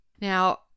Now